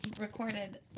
recorded